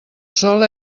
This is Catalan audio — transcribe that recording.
sol